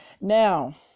Now